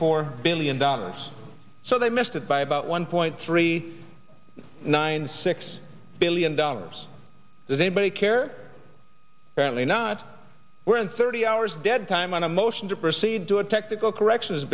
four billion dollars so they missed it by about one point three nine six billion dollars does anybody care currently not we're in thirty hours dead time on a motion to proceed to a technical corrections